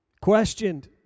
questioned